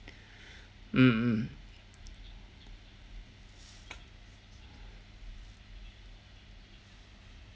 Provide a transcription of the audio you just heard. mm mm